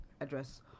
address